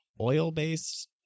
oil-based